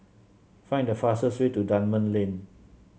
find the fastest way to Dunman Lane